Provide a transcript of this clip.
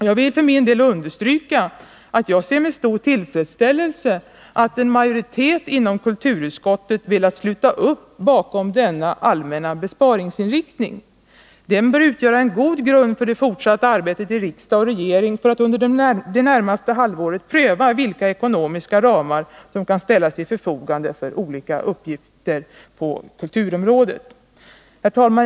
Jag vill för min del understryka att jag ser med stor tillfredsställelse att en majoritet inom kulturutskottet velat sluta upp bakom denna allmänna besparingsinriktning. Den bör utgöra en god grund för det fortsatta arbetet i riksdag och regering när det gäller att under det närmaste halvåret pröva vilka ekonomiska ramar som kan ställas till förfogande för olika uppgifter på kulturområdet. Herr talman!